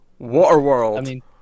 Waterworld